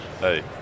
Hey